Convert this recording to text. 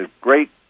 great